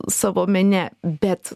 savo mene bet